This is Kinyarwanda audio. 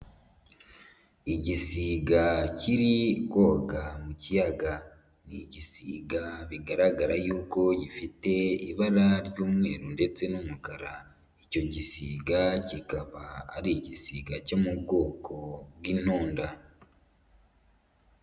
Igisiga kiri koga mu kiyaga, ni igisiga bigaragara yuko gifite ibara ry'umweru ndetse n'umukara, icyo gisiga kikaba ari igisiga cyo mu bwoko bw'intunda.